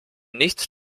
nicht